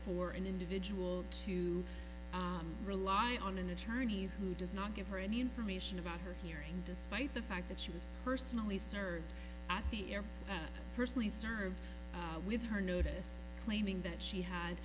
for an individual to rely on an attorney who does not give her any information about her hearing despite the fact that she was personally served at the end personally served with her notice claiming that she had